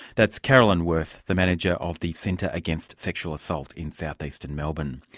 that's carolyn worth, the manager of the centre against sexual assault in south eastern melbourne.